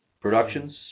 Productions